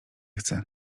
chcę